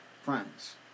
friends